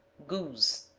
goose.